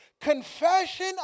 Confession